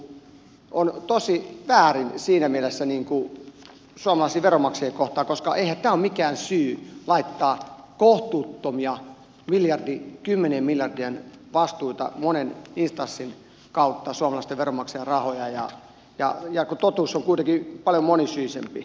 minun mielestäni tämän kaltainen pelottelu on tosi väärin siinä mielessä suomalaisia veronmaksajia kohtaan koska eihän tämä ole mikään syy laittaa kohtuuttomia kymmenien miljardien vastuita monen instanssin kautta suomalaisten veronmaksajan rahoja kun totuus on kuitenkin paljon monisyisempi